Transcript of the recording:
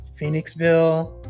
Phoenixville